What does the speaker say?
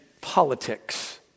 politics